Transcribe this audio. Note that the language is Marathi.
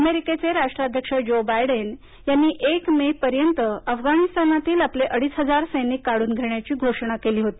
अमेरिकेचे राष्ट्राध्यक्ष ज्यो बायडेन यांनी एक मे पर्यन्त अफगाणिस्तानातील आपले अडीच हजार सैनिक काढून घेण्याची घोषणा केली होती